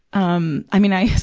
um, i mean i,